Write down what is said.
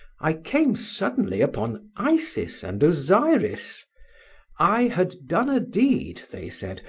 i came suddenly upon isis and osiris i had done a deed, they said,